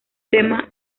tema